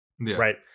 right